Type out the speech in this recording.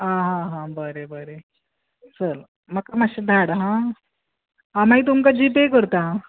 आं आं बरें बरें चल म्हाका मातशें धाड आं हांव मागीर तुमकां जी पे करतां